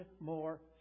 more